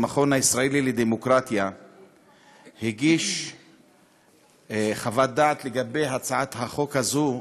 המכון הישראלי לדמוקרטיה הגיש חוות דעת לגבי הצעת החוק הזאת,